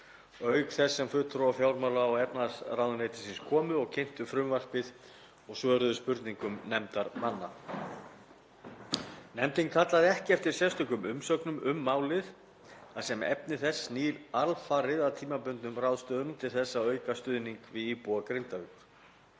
auk þess sem fulltrúar fjármála- og efnahagsráðuneytisins komu og kynntu frumvarpið og svöruðu spurningum nefndarmanna. Nefndin kallaði ekki eftir sérstökum umsögnum um málið þar sem efni þess snýr alfarið að tímabundnum ráðstöfunum til að auka stuðning við íbúa Grindavíkur.